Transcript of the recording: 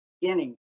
beginning